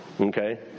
Okay